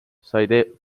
sai